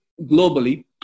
globally